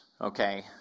okay